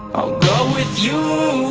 go with you.